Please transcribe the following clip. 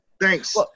thanks